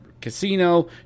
casino